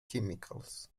chemicals